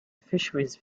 fisheries